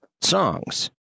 songs